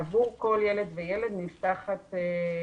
עבור כל ילד וילד נפתח חיסכון,